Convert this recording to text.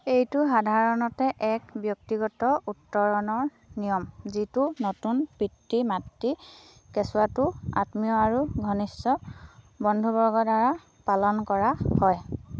এইটো সাধাৰণতে এক ব্যক্তিগত উত্তৰণৰ নিয়ম যিটো নতুন পিতৃ মাতৃ কেঁচুৱাটোৰ আত্মীয় আৰু ঘনিষ্ঠ বন্ধুবৰ্গৰদ্বাৰা পালন কৰা হয়